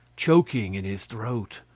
choking in his throat,